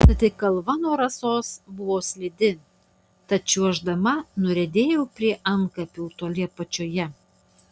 stati kalva nuo rasos buvo slidi tad čiuoždama nuriedėjau prie antkapių toli apačioje